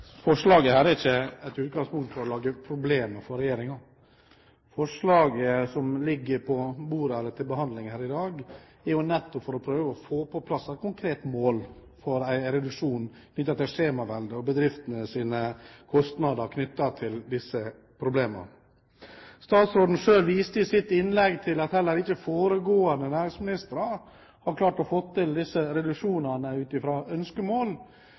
forslaget er ikke et utgangspunkt for å lage problemer for regjeringen. Forslaget som er til behandling her i dag, er jo nettopp et forslag for å prøve å få på plass et konkret mål for en reduksjon knyttet til skjemavelde og bedriftenes kostnader knyttet til disse problemene. Statsråden viste selv i sitt innlegg til at heller ikke foregående næringsministre har klart å få til disse reduksjonene ut fra ønskemål.